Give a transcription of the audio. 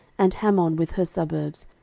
and hammon with her suburbs,